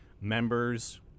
Members